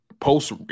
post